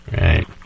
Right